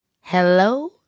hello